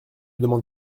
demande